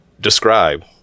describe